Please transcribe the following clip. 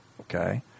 Okay